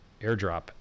airdrop